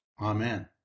Amen